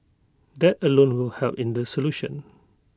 that alone will help in the solution